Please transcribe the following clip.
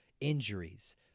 Injuries